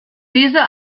dieser